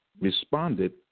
responded